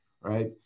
right